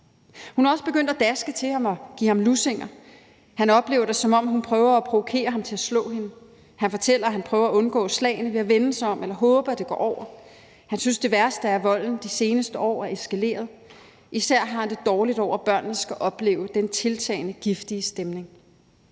Hun er også begyndt at daske til ham og give ham lussinger. Han oplever det, som om hun prøver at provokere ham til at slå hende. Han fortæller, at han prøver at undgå slagene ved at vende sig om eller håbe, at det går over. Han synes, det værste er, at volden de seneste år er eskaleret – især har han det dårligt over, at børnene skal opleve den tiltagende giftige stemning: